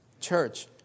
Church